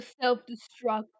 self-destruct